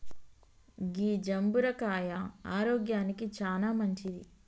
గీ జంబుర కాయ ఆరోగ్యానికి చానా మంచింది